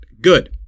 good